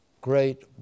great